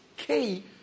key